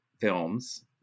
Films